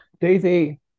daisy